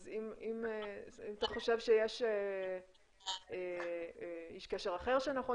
אז אם אתה חושב שיש איש קשר אחר שנכון